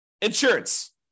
insurance